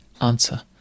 answer